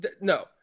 No